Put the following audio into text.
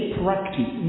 practice